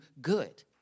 good